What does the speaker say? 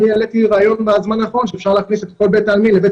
העליתי רעיון בזמן האחרון שאפשר להכניס את כל בית העלמין לבית